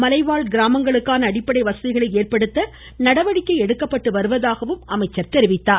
மலைவாழ் கிராமங்களுக்கான அடிப்படை வசதிகளை ஏற்படுத்த நடவடிக்கை எடுக்கப்பட்டு வருவதாக குறிப்பிட்டார்